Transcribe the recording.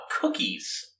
cookies